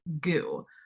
Goo